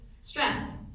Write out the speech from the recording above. stressed